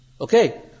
Okay